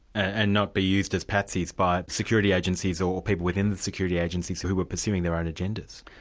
and not be used as patsies by security agencies or people within the security agencies who who were pursuing their own agendas?